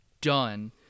done